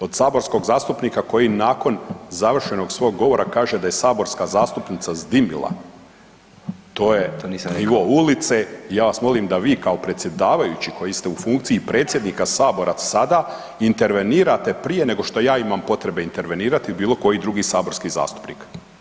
Od saborskog zastupnika koji nakon završenog svog govora kaže da je saborska zastupnica zdimila? [[Upadica: To nisam ja rekao.]] To je nivo ulice i ja vas molim da vi kao predsjedavajući koji ste u funkciji predsjednika Sabora sada, intervenirate prije nego što ja imami potrebe intervenirati i bilo koji drugi saborski zastupnik.